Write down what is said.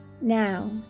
Now